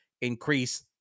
increase